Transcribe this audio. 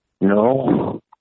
no